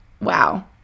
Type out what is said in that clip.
Wow